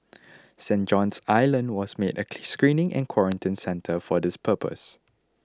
Saint John's Island was made a screening and quarantine centre for this purpose